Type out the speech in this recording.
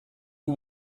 who